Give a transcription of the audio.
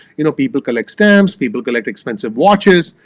you know people collect stamps, people collect expensive watches,